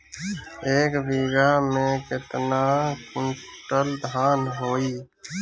एक बीगहा में केतना कुंटल धान होई?